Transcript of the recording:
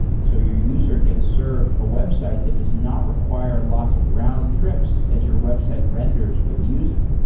so your user gets served a website that does not require lots of roundtrips as your website renders for the user.